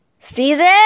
season